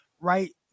right